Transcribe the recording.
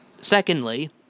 Secondly